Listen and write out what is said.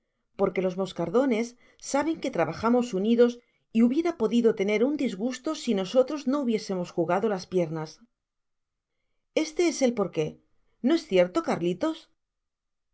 porque los moscardones saben que trabajamos unidos y hubiera podido tener un disgusto si nosotros no hubiésemos jugado las piernas este es el porque no es cierto garlitos